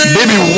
Baby